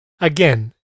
again